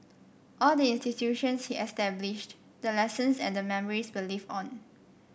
all the institutions he established the lessons and the memories will live on